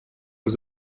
was